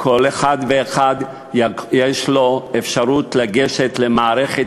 כל אחד ואחד תהיה לו אפשרות לגשת למערכת